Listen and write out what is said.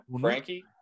Frankie